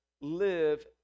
live